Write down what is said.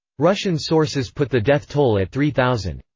russian sources put the death toll at three thousand.